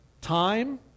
time